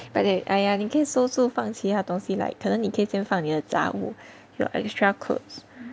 but then !aiya! 你可以收住放其他东西 like 可能你先放你的杂物 your extra clothes